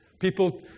people